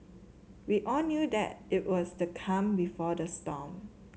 we all knew that it was the calm before the storm